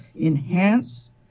enhance